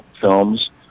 films